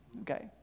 okay